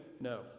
no